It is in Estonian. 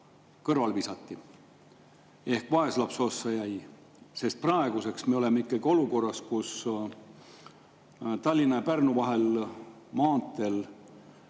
kõrvale visati ehk vaeslapse ossa jäi. Praeguseks me oleme ikkagi olukorras, kus Tallinna ja Pärnu vahelisel maanteel